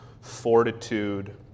fortitude